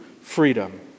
freedom